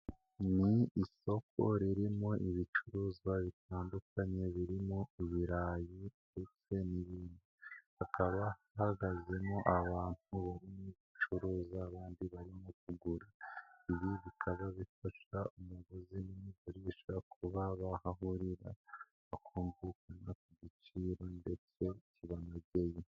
Ni isoko ririmo ibicuruzwa bitandukanye birimo ibirayi ndetse n'ibindi, hakaba hahagazemo abantu barimo bacuruza abandi barimo kugura, ibi bikaba bifasha umuguzi n'umugurisha kuba bahahurira bakumvikana ku giciro ndetse kibanogeye.